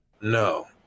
No